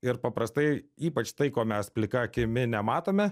ir paprastai ypač tai ko mes plika akimi nematome